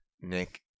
Nick